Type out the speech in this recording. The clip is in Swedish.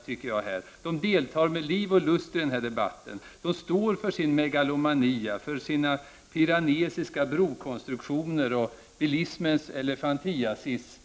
Moderaterna deltar med liv och lust i den här debatten och står för sin megalomani, för sina piranesiska brokonstruktioner och för en bilismens elefantiasis.